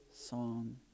song